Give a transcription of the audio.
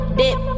dip